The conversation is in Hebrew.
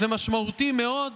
זה משמעותי מאוד,